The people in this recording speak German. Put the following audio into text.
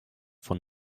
von